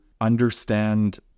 understand